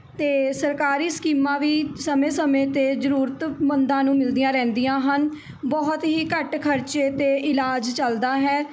ਅਤੇ ਸਰਕਾਰੀ ਸਕੀਮਾਂ ਵੀ ਸਮੇਂ ਸਮੇਂ ਤੇ ਜ਼ਰੂਰਤਮੰਦਾਂ ਨੂੰ ਮਿਲਦੀਆਂ ਰਹਿੰਦੀਆਂ ਹਨ ਬਹੁਤ ਹੀ ਘੱਟ ਖਰਚੇ 'ਤੇ ਇਲਾਜ ਚੱਲਦਾ ਹੈ